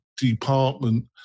department